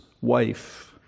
wife